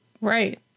Right